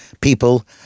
people